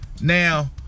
now